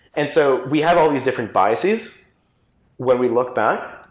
and so we have all these different biases when we look back,